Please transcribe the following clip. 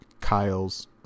Kyle's